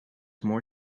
more